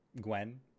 Gwen